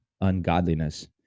ungodliness